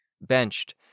Benched